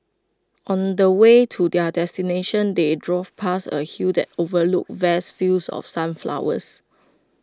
on the way to their destination they drove past A hill that overlooked vast fields of sunflowers